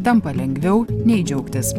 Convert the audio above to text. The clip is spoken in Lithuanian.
tampa lengviau nei džiaugtis